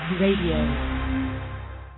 Radio